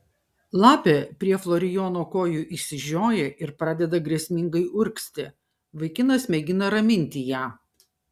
lapė prie florijono kojų išsižioja ir pradeda grėsmingai urgzti vaikinas mėgina raminti ją